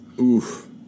oof